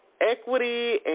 equity